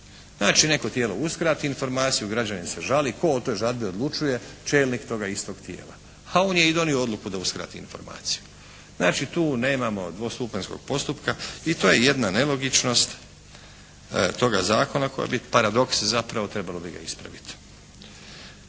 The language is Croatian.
Znači neko tijelo uskrati informaciju, građanin se žali. Tko o toj žalbi odlučuje? Čelnik toga istog tijela. Ha, on je i donio odluku da uskrati informaciju. Znači, tu nemamo dvostupanjskog postupka. I to je jedna nelogičnost toga zakona koji bi paradoks zapravo trebalo bi ga ispravit.